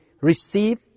receive